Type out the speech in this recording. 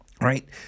Right